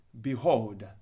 Behold